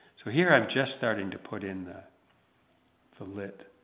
so here i'm just starting to put in the the lit,